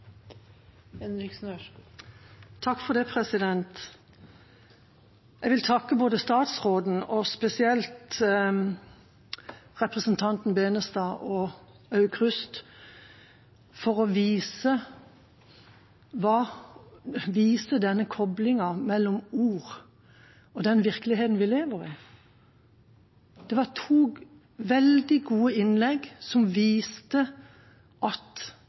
Jeg vil takke både statsråden og spesielt representantene Tveiten Benestad og Aukrust for å vise denne koblingen mellom ord og den virkeligheten vi lever i. Det var to veldig gode innlegg, som viste at